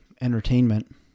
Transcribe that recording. entertainment